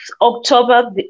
October